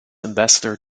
ambassador